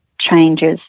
Changes